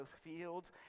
fields